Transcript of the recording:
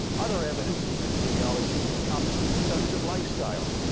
other evidence from epidemiology comes from studies of lifestyle.